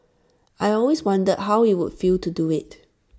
I always wondered how IT would feel to do IT